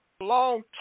Long